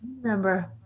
remember